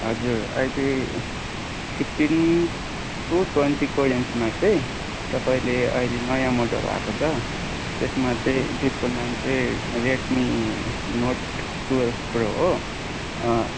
हजुर अहिले fifteen to ट्वेन्टीको रेन्जमा चाहिँ तपाईँले अहिले नयाँ मोडल आएको छ त्यसमा चाहिँ त्यसको नाम चाहिँ रेडमी नोट ट्वेल्भ प्रो हो